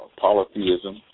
polytheism